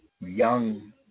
young